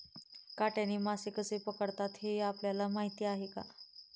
काट्याने मासे कसे पकडतात हे आपल्याला माहीत आहे का?